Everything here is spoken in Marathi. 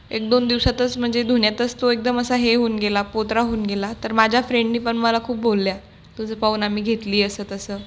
एक दोन दिवसातच म्हणजे धुण्यातच तो एकदम असा हे होऊन गेला पोत्रा होऊन गेला तर माझ्या फ्रेंडनी पण मला खूप बोलल्या तुझं पाहून आम्ही घेतली असं तसं